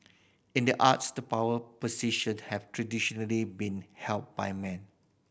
in the arts the power position have traditionally been held by men